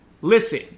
listen